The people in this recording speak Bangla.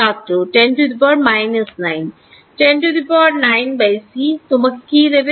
ছাত্র 10 to the minus 9 109c তোমাকে কি দেবে